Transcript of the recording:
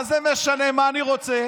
מה זה משנה מה אני רוצה?